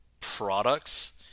products